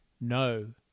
no